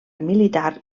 militar